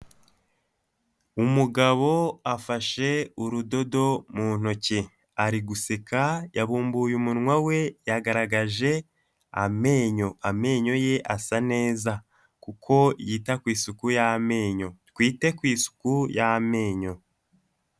Umugabo afashe urudodo mu ntoki ari guseka yabumbuye umunwa we yagaragaje amenyo. Amenyo ye asa neza kuko yita ku isuku y'amenyo. Twite ku isuku y'amenyo.